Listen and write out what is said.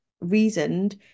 reasoned